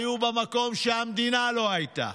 היו במקום שהמדינה לא הייתה.